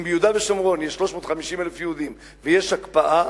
אם ביהודה ושומרון יש 350,000 יהודים ויש הקפאה,